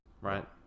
right